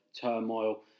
turmoil